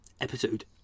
episode